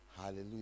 Hallelujah